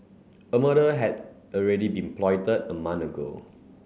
a murder had already been plotted a month ago